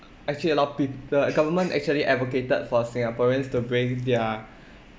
actually a lot of people and government actually advocated for singaporeans to bring their